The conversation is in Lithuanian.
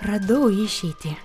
radau išeitį